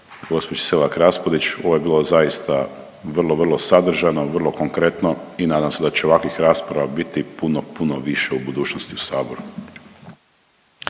gospođi Selak Raspudić, ovo je bilo zaista vrlo vrlo sadržajno, vrlo konkretno i nadam se da će ovakvih rasprava biti puno puno više u budućnosti u saboru.